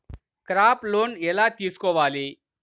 Crop loan ఎలా తీసుకోవాలి?